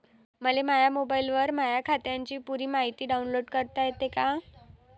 मले माह्या मोबाईलवर माह्या खात्याची पुरी मायती डाऊनलोड करता येते का?